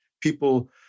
people